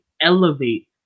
elevate